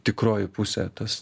tikroji pusė tas